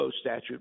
statute